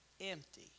empty